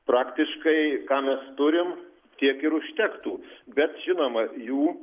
praktiškai ką mes turim tiek ir užtektų bet žinoma jų